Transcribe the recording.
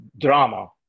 drama